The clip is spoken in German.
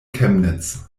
chemnitz